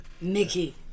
Mickey